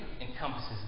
encompasses